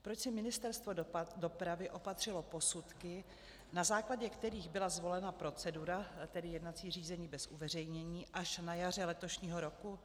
Proč si Ministerstvo dopravy opatřilo posudky, na základě kterých byla zvolena procedura, tedy jednací řízení bez uveřejnění, až na jaře letošního roku?